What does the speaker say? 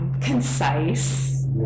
concise